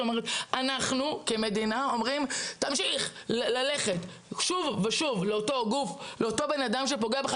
אנחנו כמדינה אומרים לו ללכת שוב ושוב לאותו אדם שפוגע בו,